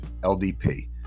LDP